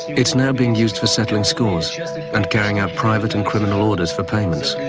it's now being used for settling scores and carrying out private and criminal orders for payments.